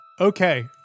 Okay